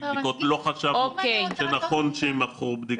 בדיקות לא חשבנו שנכון שיימכרו בדיקות.